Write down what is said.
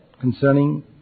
concerning